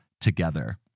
together